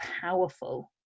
powerful